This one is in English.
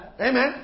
Amen